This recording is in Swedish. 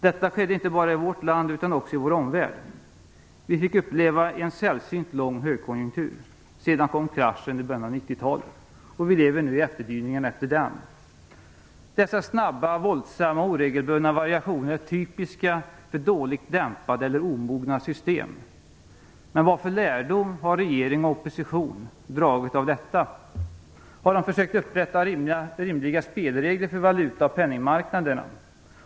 Detta skedde inte bara i vårt land utan också i vår omvärld. Vi fick uppleva en sällsynt lång högkonjunktur. Sedan kom kraschen i början av 90-talet, och vi lever nu i efterdyningarna av den. Dessa snabba, våldsamma och oregelbundna variationer är typiska för dåligt dämpade eller omogna system. Men vilken lärdom har regering och opposition dragit av detta? Har de försökt upprätta rimliga spelregler för valuta och penningmarknaderna?